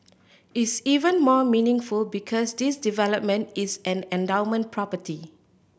is even more meaningful because this development is an endowment property